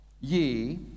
ye